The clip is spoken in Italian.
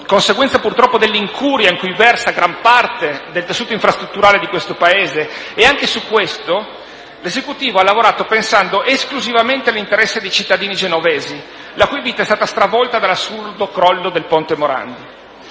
conseguenza purtroppo dell'incuria in cui versa gran parte del tessuto infrastrutturale di questo Paese. Anche su questo l'Esecutivo ha lavorato pensando esclusivamente all'interesse dei cittadini genovesi, la cui vita è stata stravolta dall'assurdo crollo del ponte Morandi.